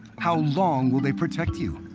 how long will they protect you?